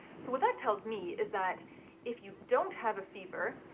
so what that tells me is that if you don't have a fever,